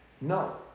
no